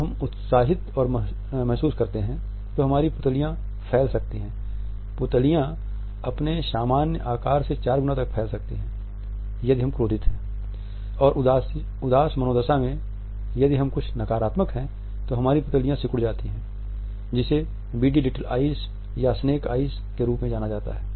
जब हम उत्साहित महसूस करते हैं तो हमारे पुतलियाँ फैल सकती हैं पुतलियाँ अपने सामान्य आकार से चार गुना तक फैल सकती हैं यदि हम क्रोधित हैं और उदास मनोदशा में यदि हम कुछ नकारात्मक हैं तो हमारी पुतलियाँ सिकुड़ जाती है जिसे बीडी लिटिल आईज के रूप में जाना जाता है